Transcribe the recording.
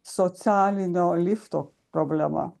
socialinio lifto problema